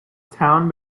town